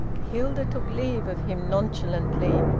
hilda took leave of him nonchalantly.